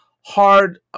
hard